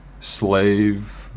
slave